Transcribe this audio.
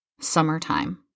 summertime